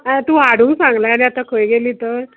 आं तूं हाडूंक सांगलां आनी आतां खंय गेलीं तर